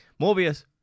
morbius